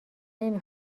نمی